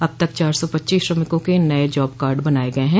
अब तक चार सौ पच्चीस श्रमिकों के नये जॉब कार्ड बनाये गये हैं